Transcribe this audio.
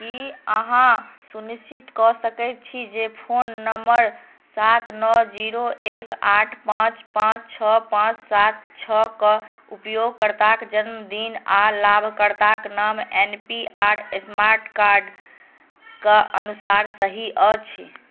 की अहाँ सुनिश्चित कऽ सकैत छी जे फोन नम्बर सात नओ जीरो एक आठ पाँच पाँच छओ पाँच सात छओके उपयोगकर्ताक जन्मदिन आ लाभकर्ताक नाम एन पी आर स्मार्ट कार्डके अनुसार सही अछि